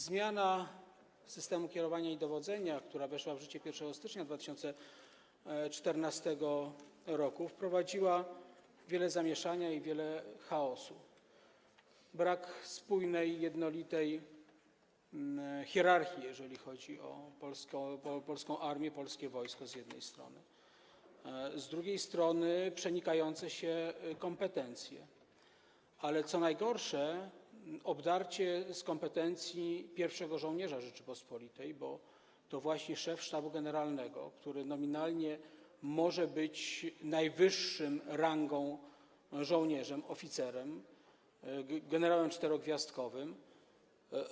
Zmiana systemu kierowania i dowodzenia, która weszła w życie 1 stycznia 2014 r., wprowadziła wiele zamieszania i wiele chaosu, brak spójnej, jednolitej hierarchii, jeżeli chodzi o polską armię, polskie wojsko, z jednej strony, a z drugiej strony, przenikające się kompetencje, ale co najgorsze, obdarła z kompetencji pierwszego żołnierza Rzeczypospolitej, bo to właśnie szef Sztabu Generalnego, który nominalnie może być najwyższym rangą żołnierzem, oficerem, generałem czterogwiazdkowym.